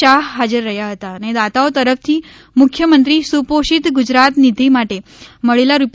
શાહે હાજર રહ્યા હતા અને દાતાઓ તરફથી મુખ્યમંત્રી સુપોષિત ગુજરાત નિધિ માટે મળેલા રૂા